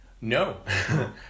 No